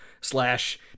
slash